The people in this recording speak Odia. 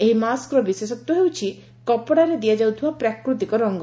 ଏହି ମାସ୍କର ବିଶେଷତ୍ୱ ହେଉଛି କପଡ଼ାରେ ଦିଆଯାଉଥିବା ପ୍ରାକୃତିକ ରଙ୍ଙ